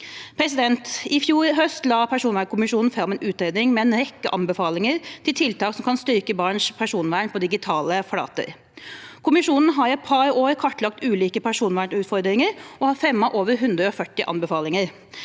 tiltak. I fjor høst la personvernkommisjonen fram en utredning med en rekke anbefalinger til tiltak som kan styrke barns personvern på digitale flater. Kommisjonen har i et par år kartlagt ulike personvernutfordringer og har fremmet over 140 anbefalinger.